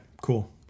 cool